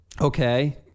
okay